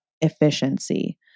efficiency